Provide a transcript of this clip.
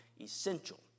Essential